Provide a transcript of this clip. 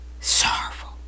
sorrowful